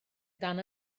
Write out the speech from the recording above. dan